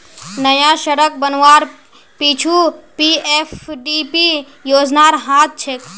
नया सड़क बनवार पीछू पीएफडीपी योजनार हाथ छेक